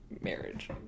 marriage